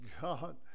God